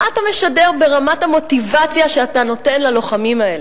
מה אתה משדר ברמת המוטיבציה שאתה נותן ללוחמים האלה?